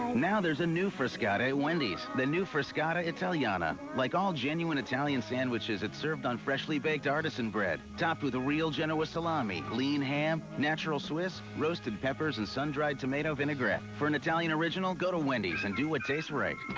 now there's a new frescata at wendy's. the new frascata italiana. like all genuine italian sandwiches, it's served on freshly baked artisan bread, topped with real genoa salami, lean ham, natural swiss, roasted peppers and sun-dried tomato vinaigrette. for an italian original, go to wendy's and do what tastes right.